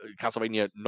Castlevania